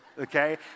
Okay